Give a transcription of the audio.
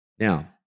Now